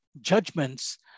judgments